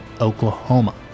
Oklahoma